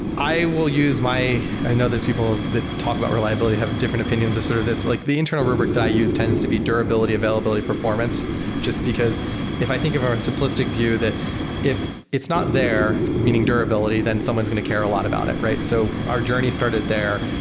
i will use my i know there's people ah that talk about reliability have different opinions of sort of this. like the internal rubric that i use tends to be durability, availability, performance just because if i think of it from a simplistic view that if it's not there, meaning durability, then someone's going to care a lot about it, right? so our journey started there.